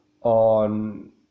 on